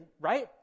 right